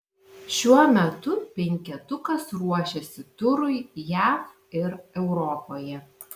šiuo metu penketukas ruošiasi turui jav ir europoje